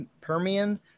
Permian